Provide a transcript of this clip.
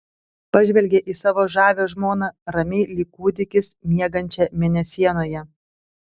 pažvelgė į savo žavią žmoną ramiai lyg kūdikis miegančią mėnesienoje